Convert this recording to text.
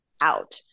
out